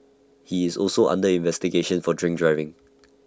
he is also under investigation for drink driving